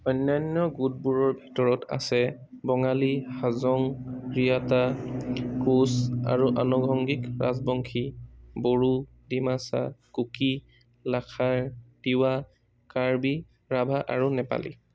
অন্যান্য গোটবোৰৰ ভিতৰত আছে বঙালী হাজং বিয়াটা কোচ আৰু আনুষংগিক ৰাজবংশী বড়ো ডিমাচা কুকি লাখাৰ তিৱা কাৰ্বি ৰাভা আৰু নেপালী